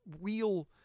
real